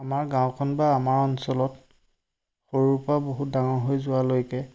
আমাৰ গাঁওখন বা আমাৰ অঞ্চলত সৰুৰ পৰা বহুত ডাঙৰ হৈ যোৱালৈকে